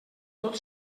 tot